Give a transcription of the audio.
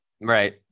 Right